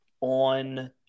on